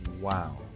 Wow